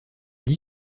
dit